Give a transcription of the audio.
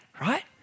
right